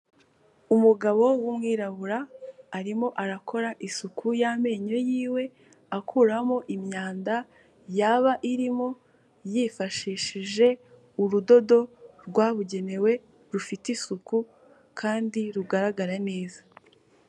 Umugabo w'umwirabura arimo arakora isuku y'amenyo yiwe akuraho imyanda yaba irimo, yifashishije urudodo rwabugenewe rufite isuku kandi rugaragara neza.